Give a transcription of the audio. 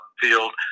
field